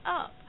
up